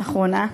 האחרונה.